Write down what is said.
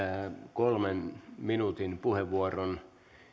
kolmen minuutin puheenvuoron